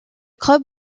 club